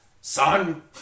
Son